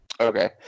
Okay